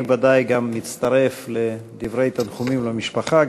אני בוודאי מצטרף לדברי התנחומים למשפחה,